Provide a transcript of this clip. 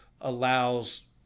allows